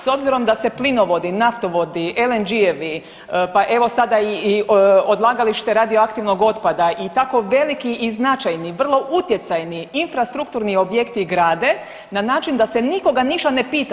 S obzirom da se plinovodi, naftovodi, LNG-ovi pa evo sada i odlagalište radioaktivnog otpada i tako veliki i značajni vrlo utjecajni infrastrukturni objekti i grade na način da se nikoga ništa ne pita.